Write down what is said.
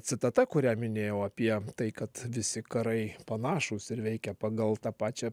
citata kurią minėjau apie tai kad visi karai panašūs ir veikia pagal tą pačią